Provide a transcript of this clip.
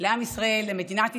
לעם ישראל, למדינת ישראל.